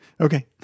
okay